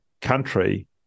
country